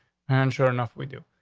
and sure enough we do.